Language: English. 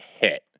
hit